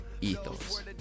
ethos